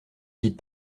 dites